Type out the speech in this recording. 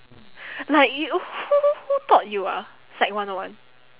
like you who who who taught you ah psych one O one